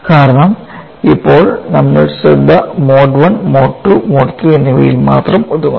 കാരണം ഇപ്പോൾ നമ്മൾ ശ്രദ്ധ mode I mode II mode III എന്നിവയിൽ മാത്രം ഒതുങ്ങുന്നു